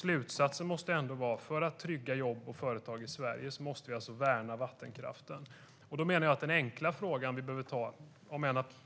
Slutsatsen måste vara att vi för att trygga jobb och företag i Sverige måste värna vattenkraften. Den enkla frågan, där